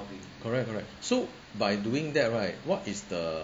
correct correct so by doing that right what is the